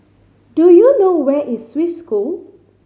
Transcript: do you know where is Swiss School